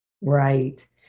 Right